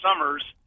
summers